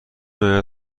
آید